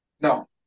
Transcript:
No